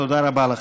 תודה רבה לכם.